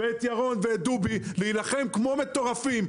את ירון ואת דובי כדי להילחם כמו מטורפים,